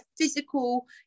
physical